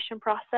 process